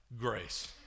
grace